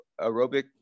aerobic